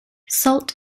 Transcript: salt